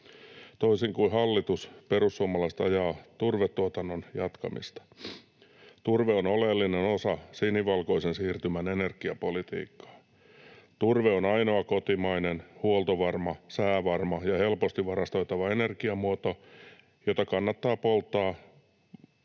Toisin kuin hallitus, perussuomalaiset ajaa turvetuotannon jatkamista. Turve on oleellinen osa sinivalkoisen siirtymän energiapolitiikkaa. Turve on ainoa kotimainen, huoltovarma, säävarma ja helposti varastoitava energiamuoto, jota kannattaa polttaa